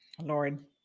Lord